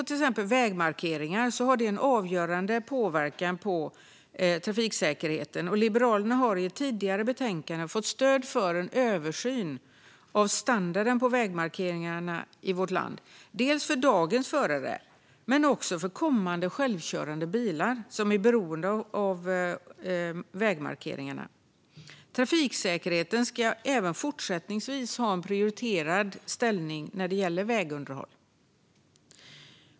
Till exempel vägmarkeringar har en avgörande påverkan på trafiksäkerheten. Liberalerna har i ett tidigare betänkande fått stöd för en översyn av standarden på vägmarkeringarna i vårt land, både för dagens förare och för kommande självkörande bilar, som är beroende av vägmarkeringarna. Trafiksäkerheten ska även fortsättningsvis ha en prioriterad ställning vid vägunderhåll.